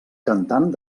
cantant